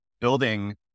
building